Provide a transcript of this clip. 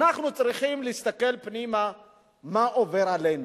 אנחנו צריכים להסתכל פנימה מה עובר עלינו,